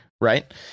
right